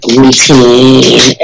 routine